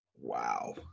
Wow